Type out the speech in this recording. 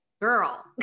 girl